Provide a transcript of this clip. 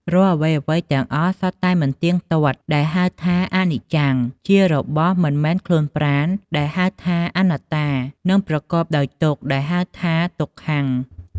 រាល់អ្វីៗទាំងអស់សុទ្ធតែមិនទៀងទាត់ ដែលហៅថា អនិច្ចំ ជារបស់មិនមែនខ្លួនប្រាណ ដែលហៅថាអនត្តា និងប្រកបដោយទុក្ខ ដែលហៅថា ទុក្ខំ។